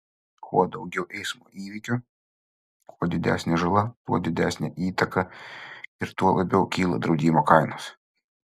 kuo daugiau eismo įvykių kuo didesnė žala tuo didesnė įtaka ir tuo labiau kyla draudimo kainos